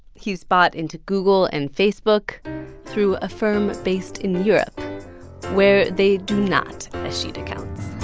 he's bought into google and facebook through a firm based in europe where they do not escheat accounts